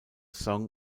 song